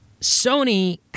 Sony